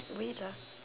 wait lah